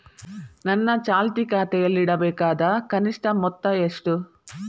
ನನ್ನ ಚಾಲ್ತಿ ಖಾತೆಯಲ್ಲಿಡಬೇಕಾದ ಕನಿಷ್ಟ ಮೊತ್ತ ಎಷ್ಟು?